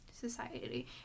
society